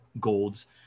golds